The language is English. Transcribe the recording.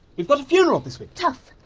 we've got a funeral this week! tough.